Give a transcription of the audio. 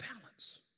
balance